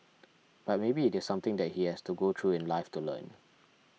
but maybe it is something that he has to go through in life to learn